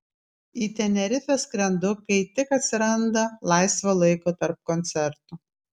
į tenerifę skrendu kai tik atsiranda laisvo laiko tarp koncertų